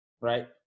right